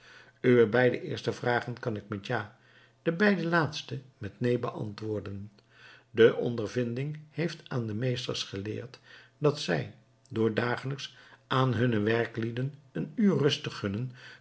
uwe beide eerste vragen kan ik met ja de beide laatste met neen beantwoorden de ondervinding heeft aan de meesters geleerd dat zij door dagelijks aan hunne werklieden een